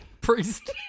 Priest